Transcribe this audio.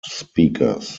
speakers